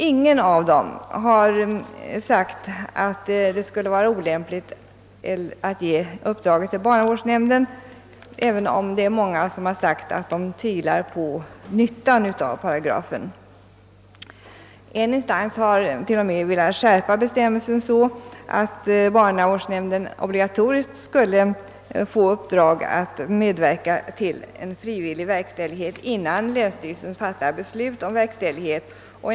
Ingen av dem har sagt att det skulle vara olämpligt att ge uppdraget till barnavårdsnämnden, även om många tvivlar på nyttan av paragrafen. En instans har t.o.m. velat skärpa bestämmelsen så att barnavårdsnämnden obligatoriskt skulle få i uppdrag att medverka till en frivillig verkställighet innan länsstyrelsen fattar beslut om tvångsmässig sådan.